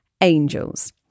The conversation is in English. angels